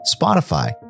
Spotify